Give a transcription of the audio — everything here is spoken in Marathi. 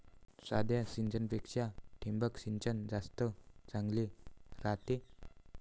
साध्या सिंचनापेक्षा ठिबक सिंचन जास्त चांगले रायते